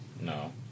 No